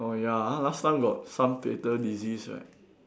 oh ya ah last time got some fatal disease right